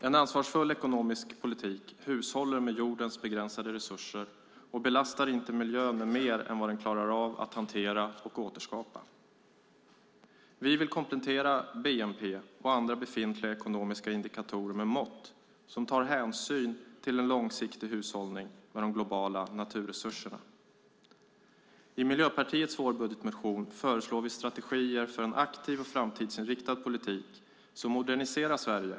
En ansvarsfull ekonomisk politik hushållar med jordens begränsade resurser och belastar inte miljön med mer än vad den klarar av att hantera och återskapa. Vi vill komplettera bnp och andra befintliga ekonomiska indikatorer med mått som tar hänsyn till en långsiktig hushållning med de globala naturresurserna. I Miljöpartiets vårbudgetmotion föreslår vi strategier för en aktiv och framtidsinriktad politik som moderniserar Sverige.